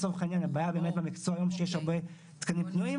הבעיה במקצוע הזה היום היא שיש הרבה תקנים פנויים,